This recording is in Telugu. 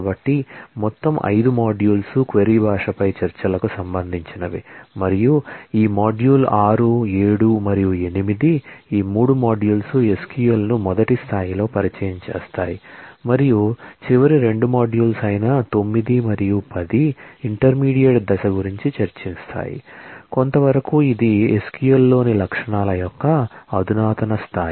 కాబట్టి మొత్తం 5 మాడ్యూల్స్ క్వరీ లాంగ్వేజ్ పై చర్చలకు సంబంధించినవి మరియు ఈ మాడ్యూల్ 6 7 మరియు 8 3 మాడ్యూల్స్ SQL ను మొదటి స్థాయిలో పరిచయం చేస్తాయి మరియు చివరి 2 మాడ్యూల్స్ 9 మరియు 10 ఇంటర్మీడియట్ దశ గురించి చర్చిస్తాయి కొంతవరకు ఇది SQL లోని లక్షణాల యొక్క అధునాతన స్థాయి